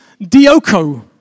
dioko